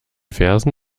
versen